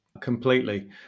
completely